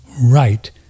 right